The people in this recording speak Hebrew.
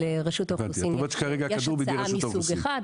לרשות האוכלוסין יש הצעה מסוג אחד,